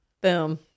Boom